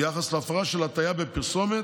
ביחס להפרה של הטעיה בפרסומת,